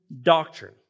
doctrine